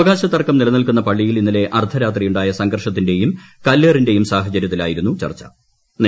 അവകാശ തർക്കം നിലനിൽക്കുന്ന പളളിയിൽ ഇന്നലെ അർധരാത്രി ഉണ്ടായ സംഘർഷത്തിന്റെയും കല്ലേറിന്റെയും സാഹചര്യത്തിലായിരുന്നു ചർച്ചു